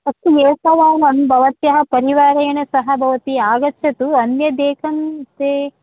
अस्तु एकवारं भवत्याः परिवारेण सह भवती आगच्छतु अन्यदेकं ते